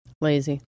Lazy